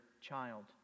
child